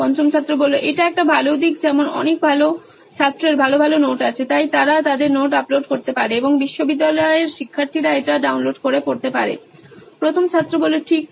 পঞ্চম ছাত্র এটা একটা ভালো দিক যেমন অনেক ভালো ছাত্রের ভালো ভালো নোট আছে তাই তারা তাদের নোট আপলোড করতে পারে এবং বিশ্ববিদ্যালয়ের শিক্ষার্থীরা এটি ডাউনলোড করে পড়তে পারে প্রথম ছাত্র ঠিক